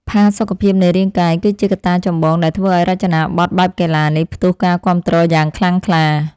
ផាសុកភាពនៃរាងកាយ គឺជាកត្តាចម្បងដែលធ្វើឱ្យរចនាប័ទ្មបែបកីឡានេះផ្ទុះការគាំទ្រយ៉ាងខ្លាំងខ្លា។